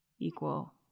equal